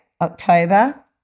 October